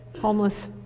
homeless